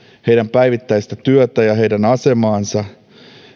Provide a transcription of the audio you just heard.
heidän päivittäistä työtään ja heidän asemaansa